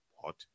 hot